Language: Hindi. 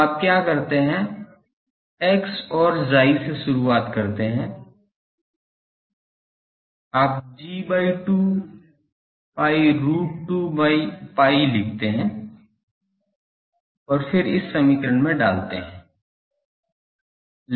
तो आप क्या करते हैं x और chi से शुरुआत करते हैं आप G by 2 pi root 2 pi लेते हैं और फिर इस समीकरण में डालते हैं